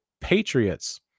Patriots